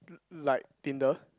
like tinder